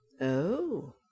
Oh